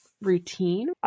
routine